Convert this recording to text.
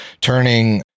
turning